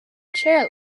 chair